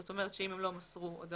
זאת אומרת, אם הם לא מסרו הודעות,